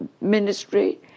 ministry